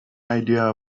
idea